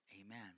amen